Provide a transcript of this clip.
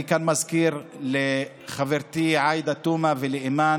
אני כאן מזכיר לחברתי עאידה תומא ולאימאן